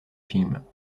films